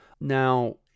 Now